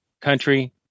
country